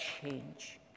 change